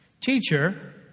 Teacher